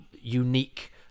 unique